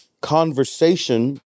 conversation